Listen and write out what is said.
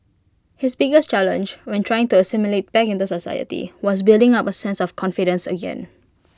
his biggest challenge when trying to assimilate back in the society was building up A sense of confidence again